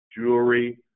jewelry